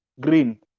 green